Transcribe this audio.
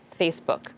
Facebook